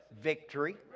victory